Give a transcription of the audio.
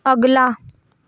अगला